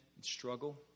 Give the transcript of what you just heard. struggle